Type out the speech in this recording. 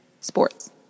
sports